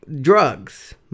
Drugs